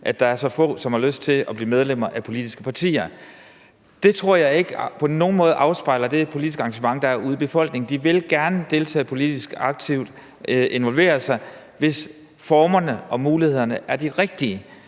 side er så få, som har lyst til at blive medlemmer af politiske partier. Det tror jeg ikke på nogen måde afspejler det politiske arrangement, der er ude i befolkningen. De vil gerne deltage politisk aktivt, involvere sig, hvis formerne og mulighederne er de rigtig.